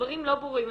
הדברים לא ברורים.